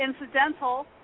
incidental